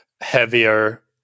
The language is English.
heavier